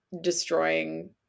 destroying